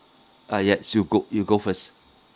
uh yes you go you go first